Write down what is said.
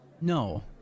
No